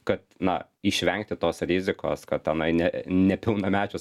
kad na išvengti tos rizikos kad tenai ne nepilnamečius